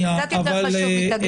ז\ה קצת יותר חשוב מתגלית.